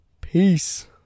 Peace